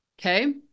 Okay